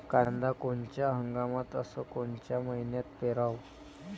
कांद्या कोनच्या हंगामात अस कोनच्या मईन्यात पेरावं?